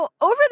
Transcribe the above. over